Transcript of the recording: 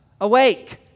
awake